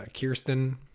kirsten